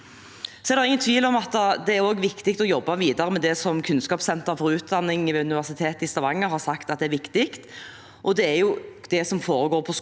at det også er viktig å jobbe videre med det som Kunnskapssenter for utdanning ved Universitetet i Stavanger har sagt er viktig, og det er det som foregår på skolen.